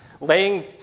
laying